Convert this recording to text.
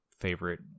favorite